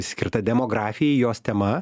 skirta demografijai jos tema